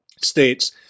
states